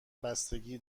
بستگی